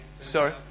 Sorry